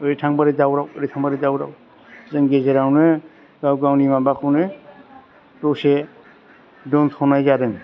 ओरै थांबा ओरै दावराव ओरै थांबा ओरै दावराव जों गेजेरावनो गाव गावनि माबाखौनो दसे दोनथ'नाय जादों